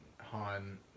Han